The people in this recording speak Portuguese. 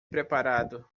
preparado